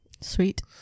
sweet